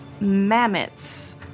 mammoths